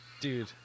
Dude